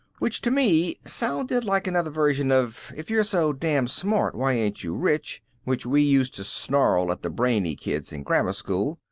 which to me sounded like another version of if you're so damned smart why ain't you rich? which we used to snarl at the brainy kids in grammar school.